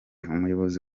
umuyobozi